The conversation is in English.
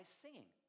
singing